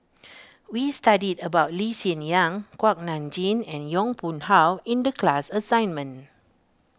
we studied about Lee Hsien Yang Kuak Nam Jin and Yong Pung How in the class assignment